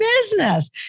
business